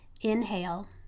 Inhale